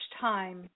time